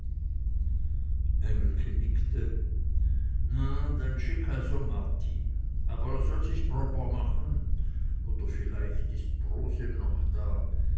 na dann schick also martin aber er soll sich proper machen oder vielleicht ist brose noch da